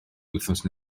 wythnos